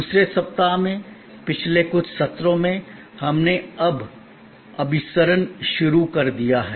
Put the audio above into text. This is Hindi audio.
दूसरे सप्ताह में पिछले कुछ सत्रों में हमने अब अभिसरण शुरू कर दिया है